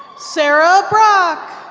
sarah brock.